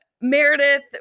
meredith